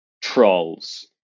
trolls